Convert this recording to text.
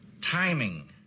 Timing